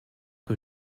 que